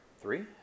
Three